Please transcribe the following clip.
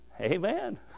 Amen